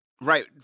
right